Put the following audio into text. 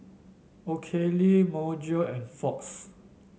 Oakley Myojo and Fox